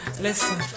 Listen